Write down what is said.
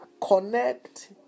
connect